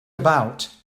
about